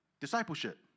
Discipleship